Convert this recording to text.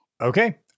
Okay